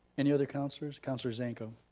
any other councilors? councilor zanko.